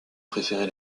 préférer